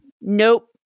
Nope